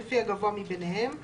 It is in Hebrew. לפי הגבוה מביניהם (להלן,